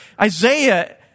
Isaiah